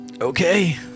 okay